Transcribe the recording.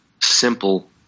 simple